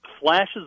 Flashes